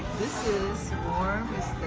this is warm.